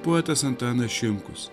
poetas antanas šimkus